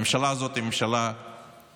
הממשלה הזאת היא ממשלה כושלת,